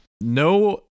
No